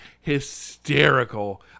hysterical